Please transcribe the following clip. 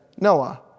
Noah